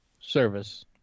service